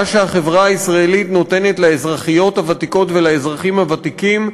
מה שהחברה הישראלית נותנת לאזרחיות הוותיקות ולאזרחים הוותיקים,